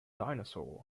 dinosaurs